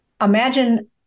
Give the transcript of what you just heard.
Imagine